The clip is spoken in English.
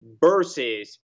versus